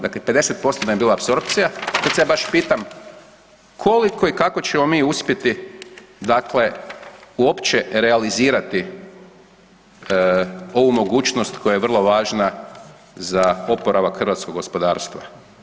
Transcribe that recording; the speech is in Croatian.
Dakle 50% nam je bila apsorpcija i sad se ja baš pitam koliko i kako ćemo mi uspjeti dakle uopće realizirati ovu mogućnost koja je vrlo važna za oporavak hrvatskog gospodarstva?